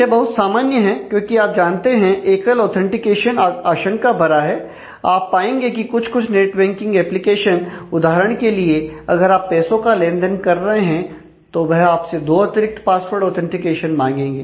यह बहुत सामान्य है क्योंकि आप जानते हैं एकल ऑथेंटिकेशन आशंका भरा है आप आएंगे कि कुछ कुछ नेट बेंकिंग एप्लीकेशन उदाहरण के लिए अगर आप पैसों का लेनदेन कर रहे हैं तो वह आपसे दो अतिरिक्त पासवर्ड ऑथेंटिकेशन मांगेंगे